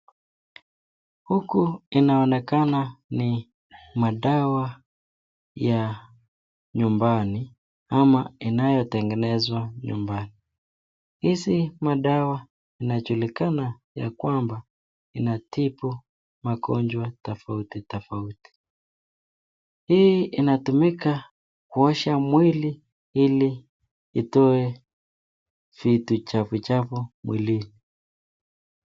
Huku inaonekana ni madawa ya nyumbani ama inayotengenezwa nyumbani .Hizi madawa inajulikana ya kwamba inatibu magonjwa tofauti tofauti. Hii inatumika kuosha mwili ili itoe vitu chafu chafu mwilini.